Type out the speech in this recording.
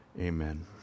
Amen